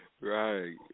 Right